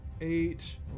Eight